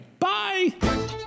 Bye